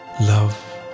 Love